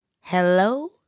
Hello